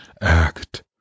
act